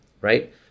right